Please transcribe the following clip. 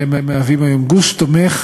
שהם היום גוש תומך